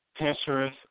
Pinterest